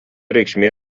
reikšmė